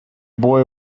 boy